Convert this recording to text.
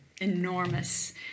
enormous